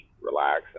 relax